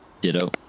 Ditto